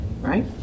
Right